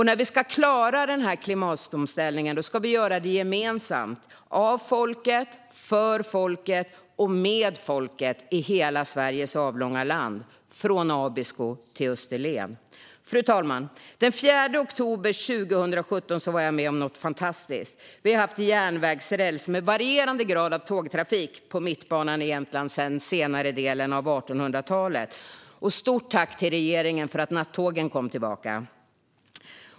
När vi ska klara denna klimatomställning ska vi göra det gemensamt - av folket, för folket och med folket - i hela Sveriges avlånga land, från Abisko till Österlen. Fru talman! Den 4 oktober 2017 var jag med om något fantastiskt. Vi har haft järnvägsräls med varierande grad av tågtrafik på Mittbanan i Jämtland sedan senare delen av 1800-talet. Och jag vill rikta ett stort tack till regeringen för att nattågen kom tillbaka.